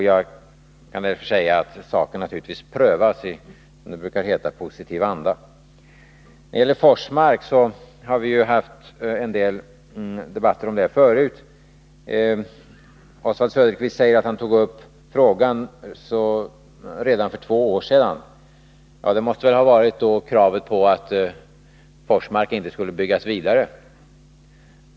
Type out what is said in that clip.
Jag kan därför säga att saken naturligtvis prövas — som det brukar heta — i positiv anda. Om Forsmark har vi ju haft en del debatter förut. Oswald Söderqvist säger att han tog upp frågan redan för två år sedan. Ja, det måste ha gällt kravet på att man inte skulle bygga vidare på Forsmark.